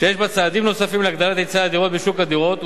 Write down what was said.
שיש בו צעדים נוספים להגדלת היצע הדירות בשוק הדירות,